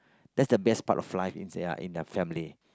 that's the best part of life if they are in the family